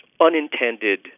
unintended